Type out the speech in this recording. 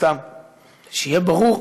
שיהיה ברור: